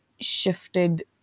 shifted